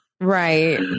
Right